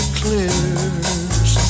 clears